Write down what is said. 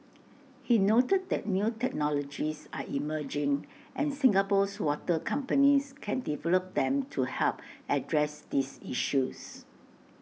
he noted that new technologies are emerging and Singapore's water companies can develop them to help address these issues